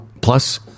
plus